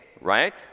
right